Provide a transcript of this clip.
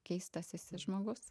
keistas esi žmogus